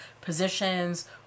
positions